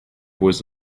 was